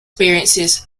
appearances